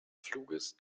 fluges